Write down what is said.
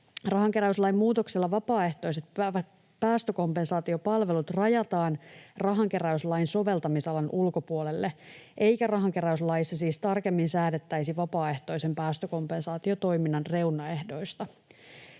Rahankeräyslain muutoksella vapaaehtoiset päästökompensaatiopalvelut rajataan rahankeräyslain soveltamisalan ulkopuolelle, eikä rahankeräyslaissa siis tarkemmin säädettäisi vapaaehtoisen päästökompensaatiotoiminnan reunaehdoista.